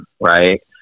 right